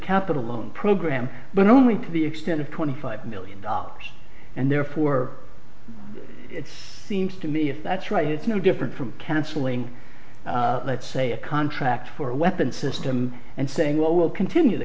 capital loan program but only to the extent of twenty five million dollars and therefore it seems to me if that's right it's no different from canceling let's say a contract for a weapons system and saying well we'll continue the